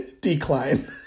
decline